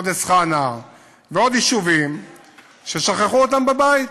פרדס-חנה ועוד יישובים ש"שכחו אותם בבית",